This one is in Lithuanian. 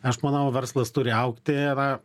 aš manau verslas turi augti na